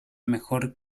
mejor